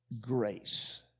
grace